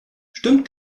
stimmt